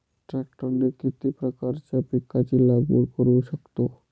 ट्रॅक्टरने किती प्रकारच्या पिकाची लागवड करु शकतो?